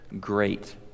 great